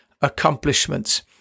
accomplishments